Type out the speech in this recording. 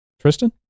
Tristan